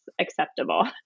acceptable